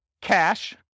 cash